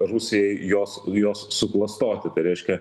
rusijai jos jos suklastoti tai reiškia